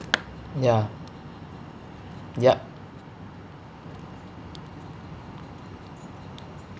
ya yup